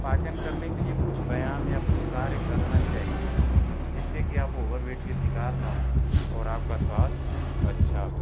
पाचन करने के लिए कुछ व्यायाम या कुछ कार्य करना चाहिये जिससे कि आप ओवरवेट के शिकार न हो और आपका स्वास्थय अच्छा हो